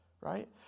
right